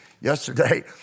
Yesterday